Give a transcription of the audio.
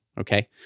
okay